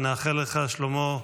ונאחל לך, שלמה,